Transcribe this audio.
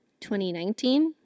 2019